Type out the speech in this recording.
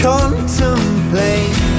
Contemplate